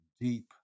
deep